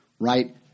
right